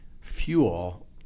fuel